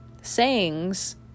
sayings